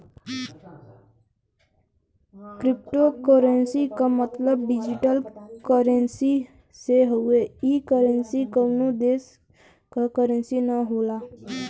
cryptocurrency क मतलब digital currency से हउवे ई करेंसी कउनो देश क करेंसी न होला